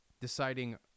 deciding